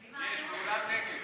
יש באולם נגב.